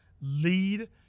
lead